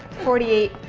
forty eight.